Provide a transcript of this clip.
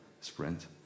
sprint